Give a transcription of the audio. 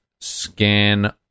scan